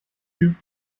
you